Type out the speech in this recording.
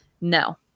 No